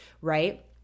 right